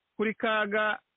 Kurikaga